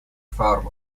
farm